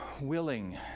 willing